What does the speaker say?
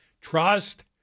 Trust